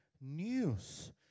news